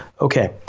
Okay